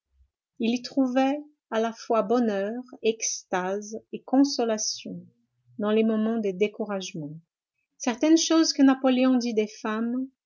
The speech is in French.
il y trouvait à la fois bonheur extase et consolation dans les moments de découragement certaines choses que napoléon dit des femmes